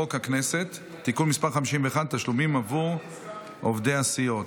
חוק הכנסת (תיקון מס' 51) (תשלומים עבור עובדי הסיעות)